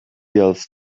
else